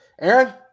Aaron